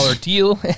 deal